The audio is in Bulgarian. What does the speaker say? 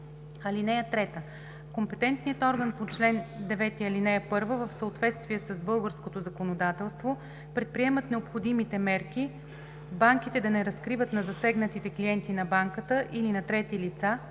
орган. (3) Компетентният орган по чл. 9, ал. 1 в съответствие с българското законодателство предприема необходимите мерки банките да не разкриват на засегнатите клиенти на банката или на трети лица,